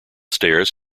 stairs